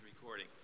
recording